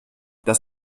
dass